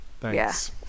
thanks